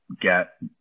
get